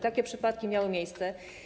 Takie przypadki miały miejsce.